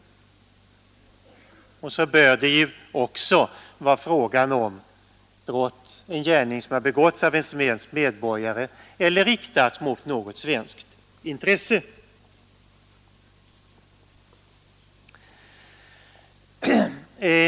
Dessutom bör det vara fråga om en gärning som begåtts av en svensk medborgare eller som riktats mot svenskt intresse.